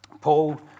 Paul